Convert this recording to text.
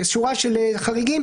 שורה של חריגים,